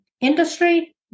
industry